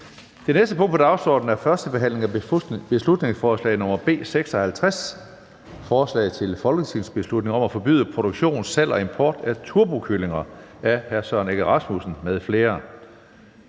Det næste punkt på dagsordenen er: 9) 1. behandling af beslutningsforslag nr. B 56: Forslag til folketingsbeslutning om at forbyde produktion, salg og import af turbokyllinger (Ross 308). Af Søren Egge Rasmussen (EL) m.fl.